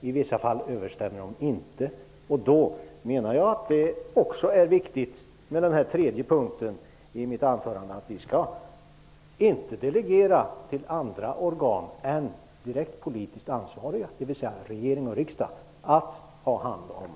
I vissa fall överensstämmer de inte, och då är det viktigt med den tredje punkt som jag tog upp i mitt anförande, att vi inte skall delegera till andra organ än direkt politiskt ansvariga, dvs. regering och riksdag, att fatta sådana beslut.